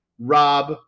Rob